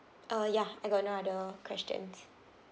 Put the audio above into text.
uh ya I got no other questions